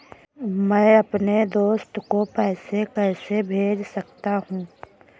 मैं अपने दोस्त को पैसे कैसे भेज सकता हूँ?